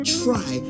try